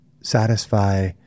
satisfy